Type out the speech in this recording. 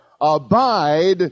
Abide